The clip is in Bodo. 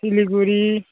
सिलिगुरि